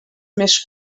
més